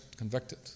convicted